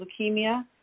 leukemia